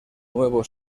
nuevo